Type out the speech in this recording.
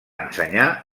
ensenyar